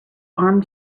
armed